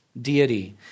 deity